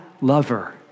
lover